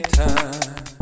time